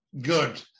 good